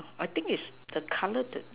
I think is the colour the